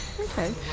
Okay